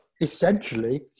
essentially